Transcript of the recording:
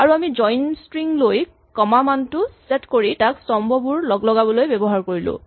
আৰু আমি join string লৈ কমা মানলৈ ছেট কৰি তাক স্তম্ভসমূহ লগলগাবলৈ ব্যৱহাৰ কৰিলোঁ